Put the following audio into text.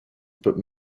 but